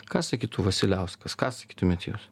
ką sakytų vasiliauskas ką sakytumėt jūs